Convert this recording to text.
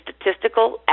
statistical